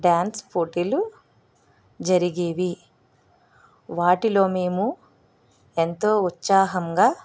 dance పోటీలు జరిగేవి వాటిలో మేము ఎంతో ఉత్సాహంగా